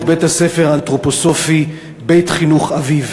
בית-הספר האנתרופוסופי "בית חינוך אביב".